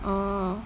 orh